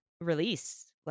release